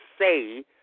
say